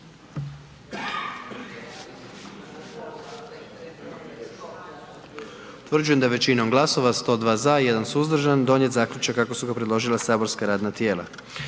Utvrđujem da je većinom glasova 99 za i 1 suzdržani donijet zaključak kako su ga predložila saborska radna tijela.